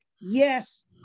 yes